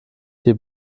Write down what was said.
die